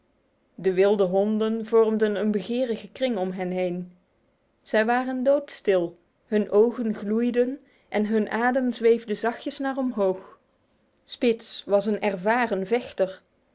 de wilde honden vormden een begerige kring om hen heen zij waren doodstil hun ogen gloeiden en hun adem zweefde zachtjes naar omhoog spitz was een ervaren vechter